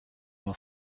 nur